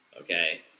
Okay